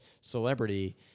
celebrity